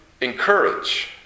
encourage